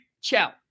ciao